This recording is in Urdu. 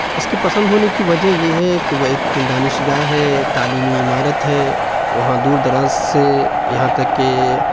اس کی پسند ہونے کی وجہ یہ ہے کہ وہ ایک دانشگاہ ہے تعلیمی عمارت ہے وہاں دور دراز سے یہاں تک کہ